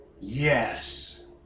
Yes